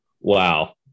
Wow